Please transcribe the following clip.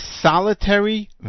solitary